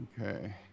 Okay